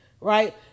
Right